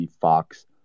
Fox